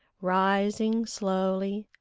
rising slowly,